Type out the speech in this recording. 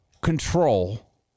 control